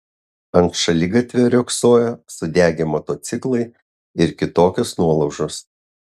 ant šaligatvio riogsojo sudegę motociklai ir kitokios nuolaužos